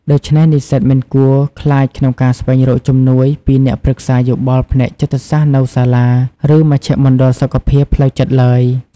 ដូច្នេះ និស្សិតមិនគួរខ្លាចក្នុងការស្វែងរកជំនួយពី អ្នកប្រឹក្សាយោបល់ផ្នែកចិត្តសាស្រ្តនៅសាលា ឬមជ្ឈមណ្ឌលសុខភាពផ្លូវចិត្តឡើយ។